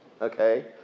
okay